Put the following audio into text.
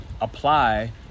apply